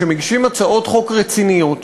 שמגישים הצעות חוק רציניות,